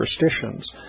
superstitions